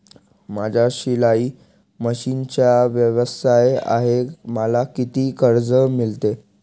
माझा शिलाई मशिनचा व्यवसाय आहे मला किती कर्ज मिळेल?